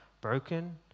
broken